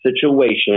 situation